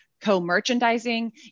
Co-merchandising